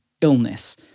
illness